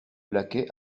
laquais